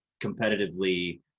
competitively